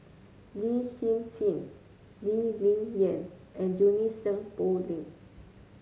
Lin Hsin Hsin Lee Ling Yen and Junie Sng Poh Leng